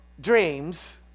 dreams